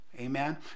amen